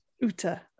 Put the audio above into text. Uta